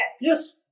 Yes